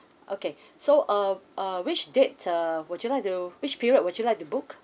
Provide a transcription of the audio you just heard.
okay so uh uh which date err would you like to which period would you like to book